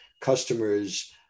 customers